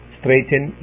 straighten